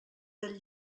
del